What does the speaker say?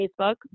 Facebook